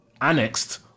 annexed